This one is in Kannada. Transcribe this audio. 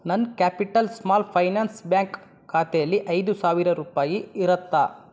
ನನ್ನ ಕ್ಯಾಪಿಟಲ್ ಸ್ಮಾಲ್ ಫೈನಾನ್ಸ್ ಬ್ಯಾಂಕ್ ಖಾತೆಲಿ ಐದು ಸಾವಿರ ರೂಪಾಯಿ ಇರತ್ತಾ